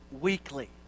Weekly